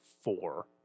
four